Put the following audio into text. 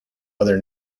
other